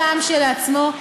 כשלעצמו,